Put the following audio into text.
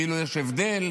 כאילו יש הבדל.